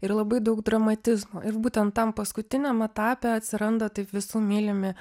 ir labai daug dramatizmo ir būtent tam paskutiniam etape atsiranda taip visų mylimi